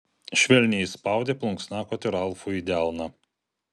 švelniai įspaudė plunksnakotį ralfui į delną